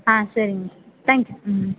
சரிங்க தேங்க்ஸ் ம்